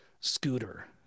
Scooter